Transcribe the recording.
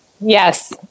yes